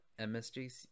MSJC